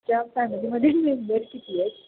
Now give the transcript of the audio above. च्या फॅमिलीमध्ये मेंबर किती आहेत